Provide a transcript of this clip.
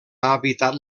habitat